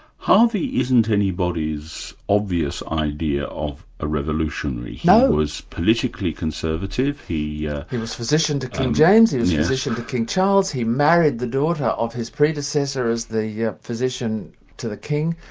harvey isn't anybody's obvious idea of a revolutionary, he ah was politically conservative. he yeah he was physician to king james, he was physician to king charles, he married the daughter of his predecessor as the yeah physician to the king.